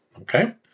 Okay